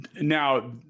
Now